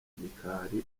gikari